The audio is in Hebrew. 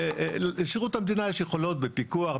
לשירות המדינה יש יכולות בפיקוח,